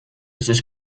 sus